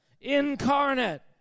incarnate